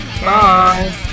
bye